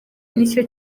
nicyo